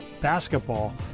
basketball